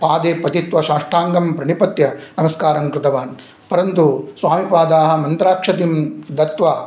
पादे पतित्वा साष्टाङ्गं प्रणिपत्य नमस्कारं कृतवान् परन्तु स्वामिपादाः मन्त्राक्षतं दत्वा